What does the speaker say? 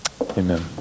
Amen